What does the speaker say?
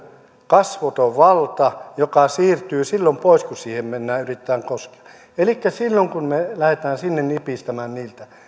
kasvoton valta joka siirtyy silloin pois kun siihen mennään yrittämään koskea elikkä silloin kun me lähdemme sinne nipistämään heiltä